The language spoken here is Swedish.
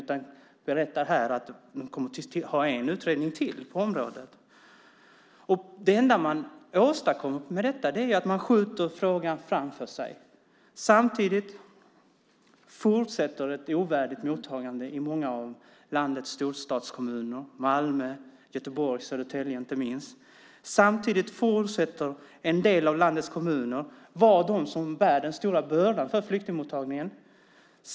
Man berättar här att man kommer att ha en utredning till på området. Det enda man åstadkommer med detta är att man skjuter frågan framför sig. Samtidigt fortsätter ett ovärdigt mottagande i många av landets storstadskommuner: Malmö, Göteborg och Södertälje inte minst. Samtidigt fortsätter en del av landets kommuner att vara de som bär den stora bördan när det gäller flyktingmottagningen.